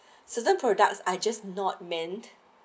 certain products I just not meant